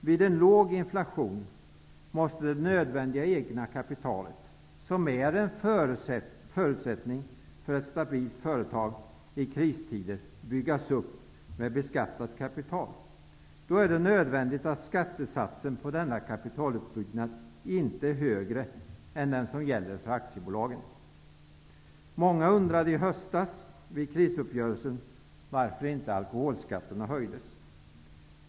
Vid en låg inflation måste det nödvändiga egna kapitalet, som är en förutsättning för ett stabilt företag i kristider, byggas upp med beskattat kapital. Det är då nödvändigt att skattesatsen på denna kapitaluppbyggnad inte är högre än den som gäller för aktiebolagen. Många undrade vid krisuppgörelsen i höstas varför inte alkoholskatterna höjdes.